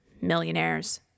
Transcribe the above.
millionaires